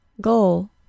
GOAL